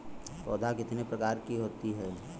पौध कितने प्रकार की होती हैं?